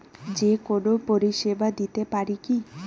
যে কোনো পরিষেবা দিতে পারি কি?